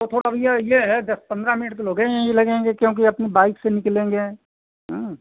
तो थोड़ा भैया यह है दस पन्द्रह मिनट तो लोगें ही लगेंगे क्योंकि अपनी बाइक से निकलेंगे हाँ